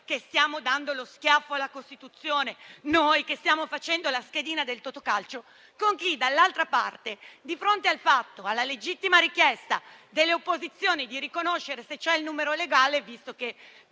che stiamo dando lo schiaffo alla Costituzione, noi che stiamo facendo la schedina del Totocalcio - con chi dall'altra parte, di fronte alla legittima richiesta delle opposizioni di verificare se c'è il numero legale (visto che